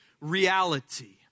Reality